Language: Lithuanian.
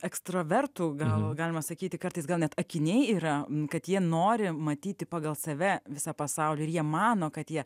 ekstrovertų gal galima sakyti kartais gal net akiniai yra kad jie nori matyti pagal save visą pasaulį ir jie mano kad jie